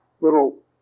little